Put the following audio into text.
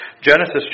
Genesis